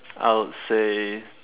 I would say